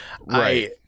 Right